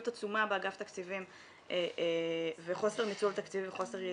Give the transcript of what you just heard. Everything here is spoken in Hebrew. עצומה באגף התקציבים וחוסר ניצול תקציבי וחוסר יעילות.